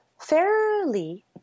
fairly